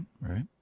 right